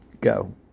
go